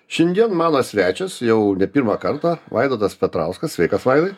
šiandien mano svečias jau ne pirmą kartą vaidotas petrauskas sveikas vaidai